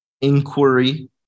inquiry